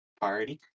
party